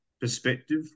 perspective